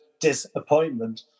disappointment